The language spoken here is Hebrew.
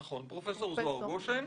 נכון, פרופ' זוהר גושן.